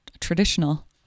traditional